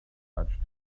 touched